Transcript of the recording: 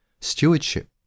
stewardship